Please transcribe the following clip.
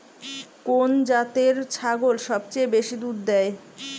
কোন জাতের ছাগল সবচেয়ে বেশি দুধ দেয়?